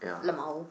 lmao